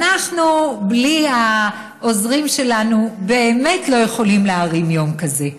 שבלי העוזרים שלנו אנחנו באמת לא יכולים להרים יום כזה.